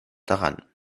daran